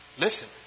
Listen